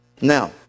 Now